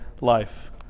life